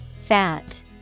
fat